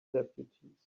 deputies